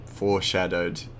foreshadowed